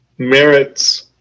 Merits